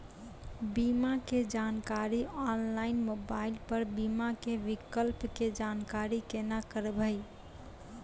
बीमा के जानकारी ऑनलाइन मोबाइल पर बीमा के विकल्प के जानकारी केना करभै?